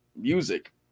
music